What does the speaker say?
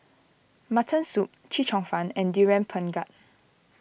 Mutton Soup Chee Cheong Fun and Durian Pengat